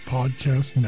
Podcast